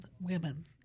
women